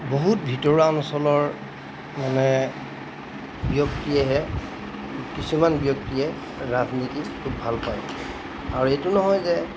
বহুত ভিতৰুৱা অঞ্চলৰ মানে ব্যক্তিয়েহে কিছুমান ব্যক্তিয়ে ৰাজনীতি খুব ভাল পায় আৰু এইটো নহয় যে